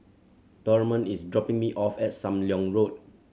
Dorman is dropping me off at Sam Leong Road